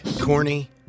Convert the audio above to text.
Corny